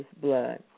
blood